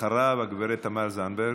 אחריו, הגב' תמר זנדברג.